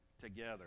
together